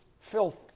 filth